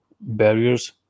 barriers